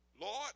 Lord